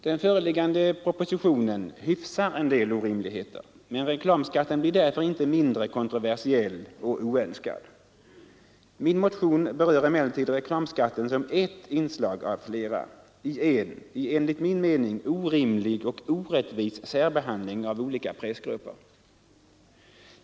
Den föreliggande propositionen hyfsar en del orimligheter, men reklamskatten blir därför inte mindre kontroversiell och oönskad. Min motion i ämnet berör emellertid reklamskatten som ett inslag av flera i en enligt min mening orimlig och orättvis särbehandling av olika pressgrupper.